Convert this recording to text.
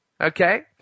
Okay